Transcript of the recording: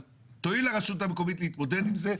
אז תואיל הרשות המקומית להתמודד עם זה,